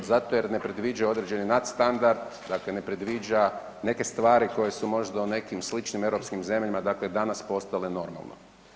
Zato jer ne predviđa određeni nadstandard, dakle ne predviđa neke stvari koje su možda u nekim sličnim europskim zemljama dakle danas postale normalno.